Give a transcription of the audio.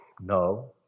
No